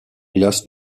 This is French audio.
glaces